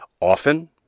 Often